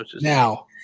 now